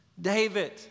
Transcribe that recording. David